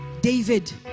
david